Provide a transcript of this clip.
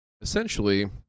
essentially